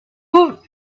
woot